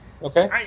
Okay